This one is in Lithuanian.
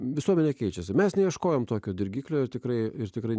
visuomenė keičiasi mes neieškojome tokio dirgiklio ir tikrai ir tikrai